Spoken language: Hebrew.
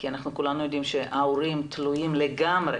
כי כולנו יודעים שההורים תלויים לגמרי